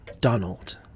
Donald